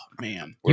man